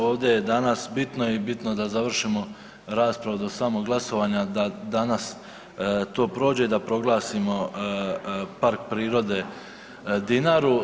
Ovdje je danas bitno i bitno je da završimo raspravu do samog glasovanja, da danas to prođe i da proglasimo Park prirode Dinaru.